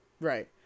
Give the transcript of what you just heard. Right